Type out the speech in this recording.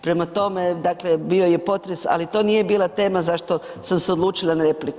Prema tome, dakle bio je potres, ali to nije bila tema zašto sam se odlučila na repliku.